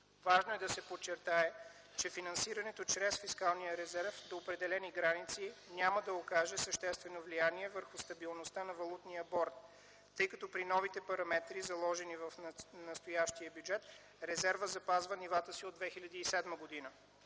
Важно е да се подчертае, че финансирането чрез фискалния резерв до определени граници няма да окаже съществено влияние върху стабилността на Валутния борд, тъй като при новите параметри, заложени в настоящия бюджет, резервът запазва нивата си от 2007 г.,